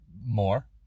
more